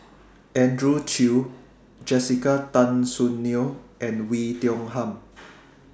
Andrew Chew Jessica Tan Soon Neo and Oei Tiong Ham